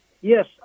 yes